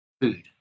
food